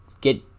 get